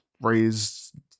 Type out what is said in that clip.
raised